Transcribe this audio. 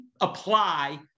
apply